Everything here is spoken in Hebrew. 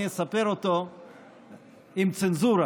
אני אספר אותו עם צנזורה,